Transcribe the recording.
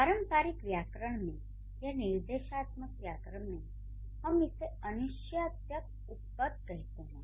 पारंपरिक व्याकरण में या निर्देशात्मक व्याकरण में हम इसे अनिश्चायक उपपद कहते हैं